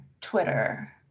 Twitter